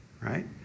right